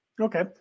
Okay